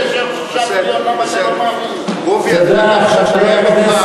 יש היום 6 מיליון.